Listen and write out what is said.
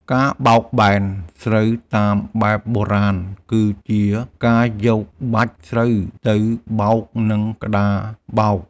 ការបោកបែនស្រូវតាមបែបបុរាណ គឺជាការយកបាច់ស្រូវទៅបោកនឹងក្តារបោក។